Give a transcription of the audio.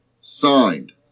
signed